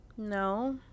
No